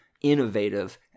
innovative